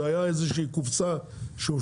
זה היה איזה שהיא קופסה שאושרה,